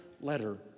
letter